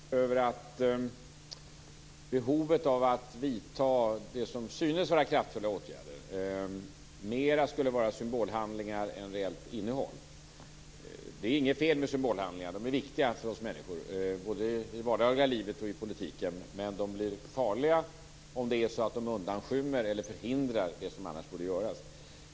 Fru talman! Jag har ibland under de här åren känt en oro över att behovet av att vidta det som synes vara kraftfulla åtgärder mer skulle vara symbolhandlingar än reellt innehåll. Det är inget fel med symbolhandlingar. De är viktiga för oss människor både i det vardagliga livet och i politiken, men de blir farliga om de undanskymmer eller förhindrar det som annars skulle göras.